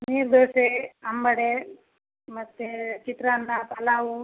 ನೀರು ದೋಸೆ ಅಂಬಡೆ ಮತ್ತೆ ಚಿತ್ರಾನ್ನ ಪಲಾವು